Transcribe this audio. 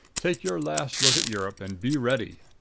take your last look at europe and be ready.